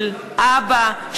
של אבא,